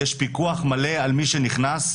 יש פיקוח מלא על מי שנכנס,